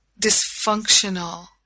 dysfunctional